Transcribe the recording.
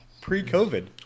pre-COVID